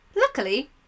Luckily